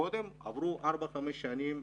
קודם עברו ארבע-חמש שנים,